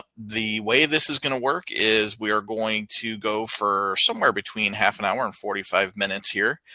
the way this is gonna work is we're going to go for somewhere between half an hour and forty five minutes here.